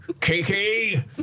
Kiki